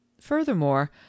Furthermore